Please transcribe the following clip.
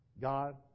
God